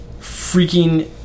Freaking